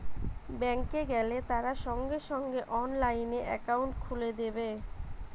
bank এ গেলে তারা সঙ্গে সঙ্গে অনলাইনে একাউন্ট খুলে দেবে